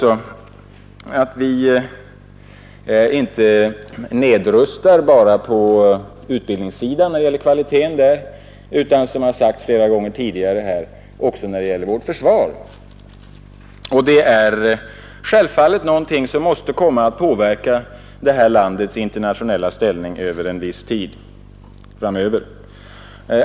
Vi nedrustar inte bara kvaliteten på utbildningssidan, utan också när det gäller vårt försvar — vilket sagts flera gånger tidigare. Det är självfallet någonting som måste komma att påverka detta lands internationella ställning under en viss tid framöver.